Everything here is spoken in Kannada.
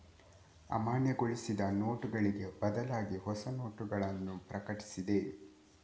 ಅಮಾನ್ಯಗೊಳಿಸಿದ ನೋಟುಗಳಿಗೆ ಬದಲಾಗಿಹೊಸ ನೋಟಗಳನ್ನು ಪ್ರಕಟಿಸಿದೆ